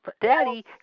daddy